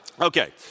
Okay